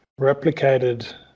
replicated